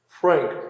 Frank